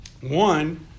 One